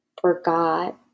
forgot